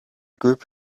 group